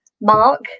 Mark